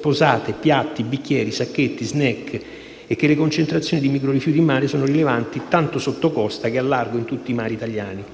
posate, piatti, bicchieri e sacchetti di *snack* e che le concentrazioni di microrifiuti in mare sono rilevanti tanto sottocosta che al largo in tutti i mari italiani.